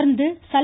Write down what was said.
தொடர்ந்து சல்